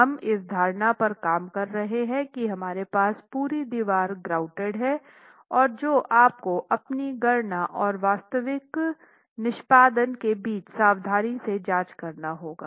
हम इस धारणा पर काम कर रहे हैं की हमारे पास पूरी दीवार ग्राउटेड है और जो आपको अपनी गणना और वास्तविक निष्पादन के बीच सावधानी से जांच करना होगा